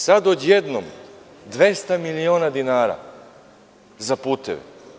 Sada odjednom 200 miliona dinara za puteve.